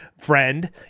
friend